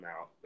out